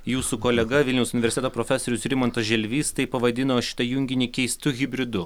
jūsų kolega vilniaus universiteto profesorius rimantas želvys taip pavadino šitą junginį keistu hibridu